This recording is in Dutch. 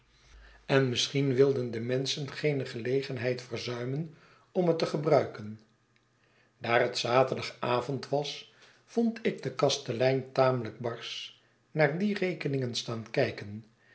en misschien wilden de menschen geene gelegenheid verzuimen om het te gebruiken daar het zaterdagavond was vond ik den kastelein tamelijk barsch naar die rekeningen staan kijken